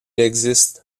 existe